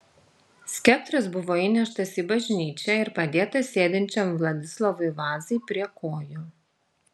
skeptras buvo įneštas į bažnyčią ir padėtas sėdinčiam vladislovui vazai prie kojų